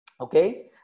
okay